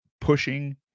pushing